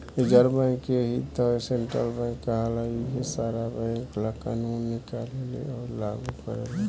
reserve bank के ही त सेन्ट्रल बैंक कहाला इहे सारा बैंक ला कानून निकालेले अउर लागू करेले